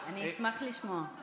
אני אשמח לשמוע.